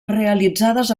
realitzades